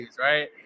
right